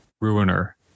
Ruiner